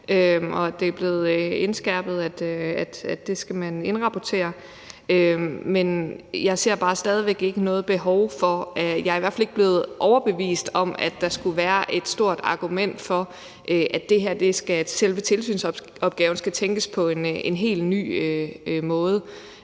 at det er blevet indskærpet, at det skal man indrapportere. Jeg ser bare stadig ikke noget behov. Jeg er i hvert fald ikke blevet overbevist om, at der skulle være et stort argument for, at selve tilsynsopgaven skal tænkes på en helt ny måde.